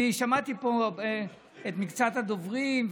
אני שמעתי פה את מקצת הדוברים,